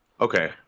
Okay